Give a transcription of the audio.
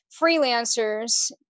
freelancers